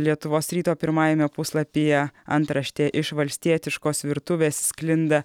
lietuvos ryto pirmajame puslapyje antraštė iš valstietiškos virtuvės sklinda